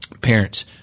parents